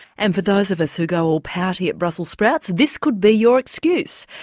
and for those of us who go all pouty at brussels sprouts, this could be your excuse.